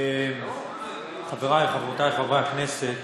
חברי וחברותי חברי הכנסת,